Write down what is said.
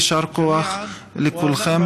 יישר כוח לכולכם,